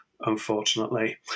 unfortunately